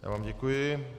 Já vám děkuji.